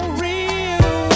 real